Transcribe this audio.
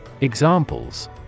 Examples